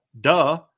Duh